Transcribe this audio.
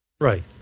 Right